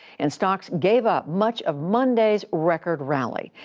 and stocks gave up much of monday's record rally.